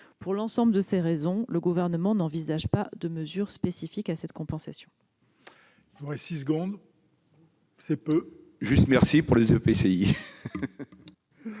Pour l'ensemble de ces raisons, le Gouvernement n'envisage pas de mesure spécifique relative à cette compensation.